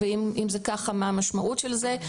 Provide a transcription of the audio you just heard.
ואם זה כך, מהי המשמעות של זה?